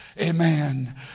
amen